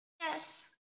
Yes